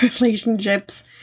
relationships